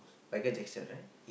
Michael-Jackson right